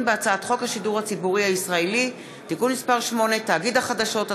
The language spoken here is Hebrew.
בהצעת חוק השידור הציבורי הישראלי (תיקון מס' 8) (תאגיד החדשות),